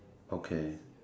okay